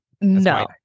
No